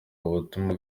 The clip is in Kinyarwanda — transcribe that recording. ubutumwa